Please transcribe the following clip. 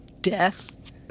death